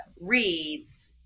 reads